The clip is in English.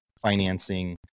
financing